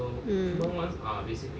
mm